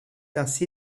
ainsi